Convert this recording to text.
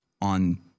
on